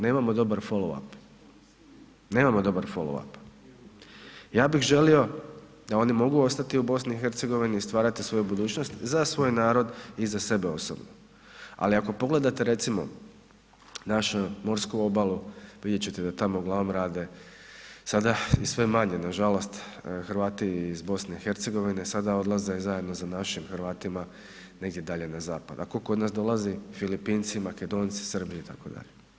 Nemamo, nemamo dobar foloap, nemamo dobar foloap, ja bih želio da oni mogu ostati u BiH i stvarati svoju budućnost za svoj narod i za sebe osobno, ali ako pogledate recimo našu morsku obalu vidjet ćete da tamo uglavnom rade sada i sve manje nažalost Hrvati iz BiH sada odlaze zajedno za našim Hrvatima negdje dalje na zapad, a tko kod nas dolazi, Filipinci, Makedonci, Srbi itd.